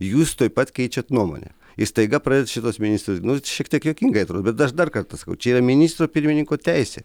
jūs tuoj pat keičiat nuomonę ir staiga pradedat šituos ministrus nu šiek tiek juokingai atrodo bet aš dar kartą sakau čia yra ministro pirmininko teisė